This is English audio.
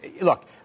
look